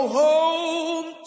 home